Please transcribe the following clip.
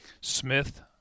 Smith